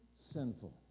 sinful